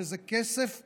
וזה כסף ציבורי.